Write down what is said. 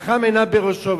חכם עיניו בראשו.